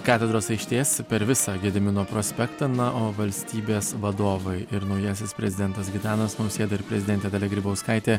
katedros aikštės per visą gedimino prospektą na o valstybės vadovai ir naujasis prezidentas gitanas nausėda ir prezidentė dalia grybauskaitė